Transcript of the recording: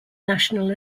national